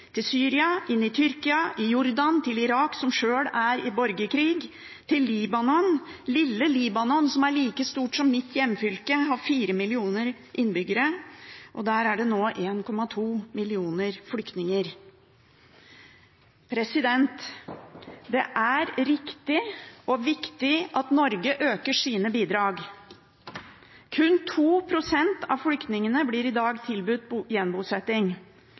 til Syria, inn i Tyrkia, til Jordan, til Irak, som sjøl er i borgerkrig, og til Libanon – lille Libanon, som er like stort som mitt hjemfylke og har 4 millioner innbyggere, og der det nå er 1,2 millioner flyktninger. Det er riktig og viktig at Norge øker sine bidrag. Kun 2 pst. av flyktningene blir i dag tilbudt gjenbosetting.